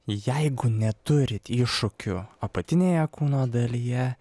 jeigu neturit iššūkių apatinėje kūno dalyje